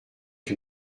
que